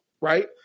right